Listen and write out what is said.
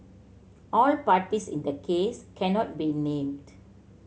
all parties in the case cannot be named